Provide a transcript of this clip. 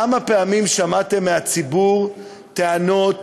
כמה פעמים שמעתם מהציבור טענות,